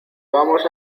vamos